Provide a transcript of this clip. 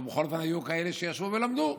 אבל בכל זאת היו כאלה שישבו ולמדו.